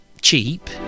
cheap